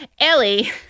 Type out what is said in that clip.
ellie